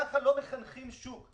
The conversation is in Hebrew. ככה לא מחנכים שוק.